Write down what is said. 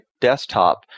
desktop